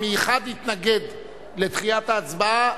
אם אחד יתנגד לדחיית ההצבעה,